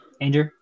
Andrew